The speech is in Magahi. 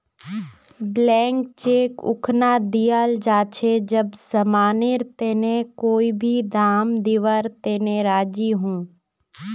ब्लैंक चेक उखना दियाल जा छे जब समानेर तने कोई भी दाम दीवार तने राज़ी हो